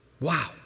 Wow